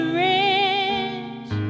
rich